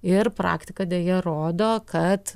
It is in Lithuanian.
ir praktika deja rodo kad